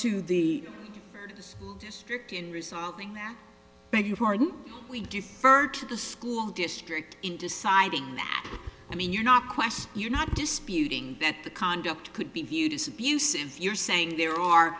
regard to the various district in resolving that beg your pardon we do further to the school district in deciding that i mean you're not question you're not disputing that the conduct could be viewed as abusive you're saying there are